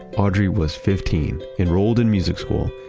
audrey was fifteen, enrolled in music school,